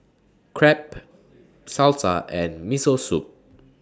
Crepe Salsa and Miso Soup